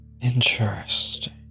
Interesting